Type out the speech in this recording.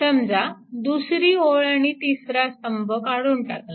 समजा दुसरी ओळ आणि तिसरा स्तंभ काढून टाकला